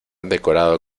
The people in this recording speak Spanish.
decorado